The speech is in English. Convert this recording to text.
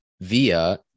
via